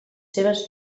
seves